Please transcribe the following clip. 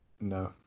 No